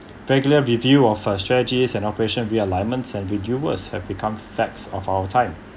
regular review of uh strategies and operation realignments and reviewers have become facts of our time